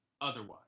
otherwise